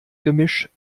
gemisch